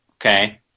Okay